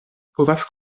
povas